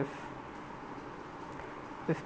if if